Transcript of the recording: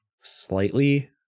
slightly